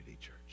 Church